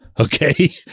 okay